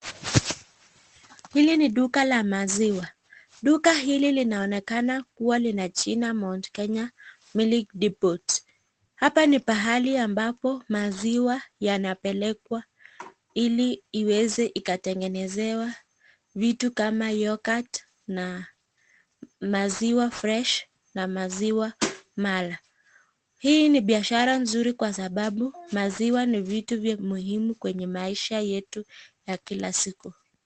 Hili ni duka la maziwa, duka hili linaonekana kuwa lina jina Mount Kenya Milk Depot, hapa ni pahali ambapo maziwa yanapelekwa, ili iweze ikatengenezewa vitu kama yoghurt na maziwa fresh ,na maziwa mala. Hii ni biashara nzuri kwa sababu, maziwa ni vitu muhimu kwenye maisha yetu ya kila siku.